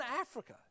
Africa